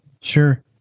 Sure